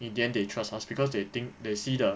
in the end they trust us because they think they see the